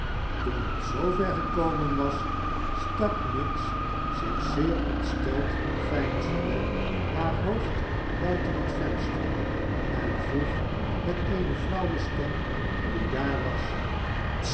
toen het zoover gekomen was stak miggs zich zeer ontsteld veinzende haar hoofd buiten het venster en vroeg met eene flauwe stem wie daar was